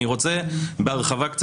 אני רוצה להתייחס בהרחבה.